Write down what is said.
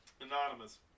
Anonymous